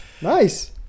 Nice